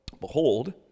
Behold